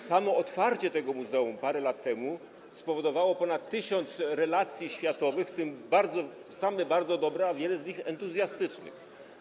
Samo otwarcie tego muzeum parę lat temu spowodowało ponad 1000 relacji światowych, same bardzo dobre, a wiele z nich entuzjastycznych.